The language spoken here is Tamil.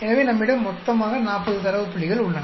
எனவே நம்மிடம் மொத்தமாக 40 தரவு புள்ளிகள் உள்ளன